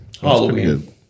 Halloween